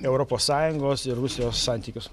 europos sąjungos ir rusijos santykius